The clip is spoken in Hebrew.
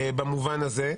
במובן הזה,